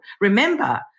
Remember